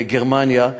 גרמניה,